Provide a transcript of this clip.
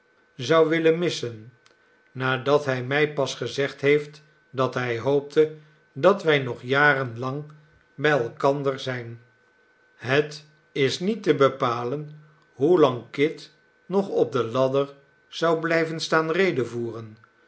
zon willen missen nadat hij mij pas gezegd heeft dat hij hoopte dat wij nog jaren lang bij elkander zijn het is niet te bepalen hoelang kit nog op de ladder zou blijven staan